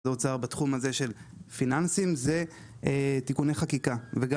האוצר בתחום הזה של פיננסים זה תיקוני חקיקה וגם